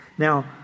Now